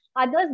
others